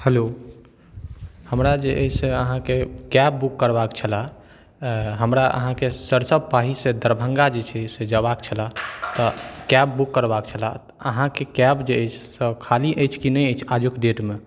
hello हमरा जे अछि से अहाँके कैब बुक करबाके छलै हमरा अहाँके सरिसब पाहीसँ दरभङ्गा जे छै से जेबाके छलै कैब बुक करबाके छलै अहाँके कैब जे अछि से खाली अछि कि नहि अछि आजुक डेटमे